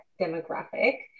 demographic